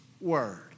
word